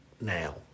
now